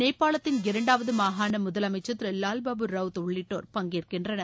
நேபாளத்தின் இரண்டாவது மாகாண முதலமைச்சர் திரு லால்பாபு ரவ்த் உள்ளிட்டோர் பங்கேற்கின்றனர்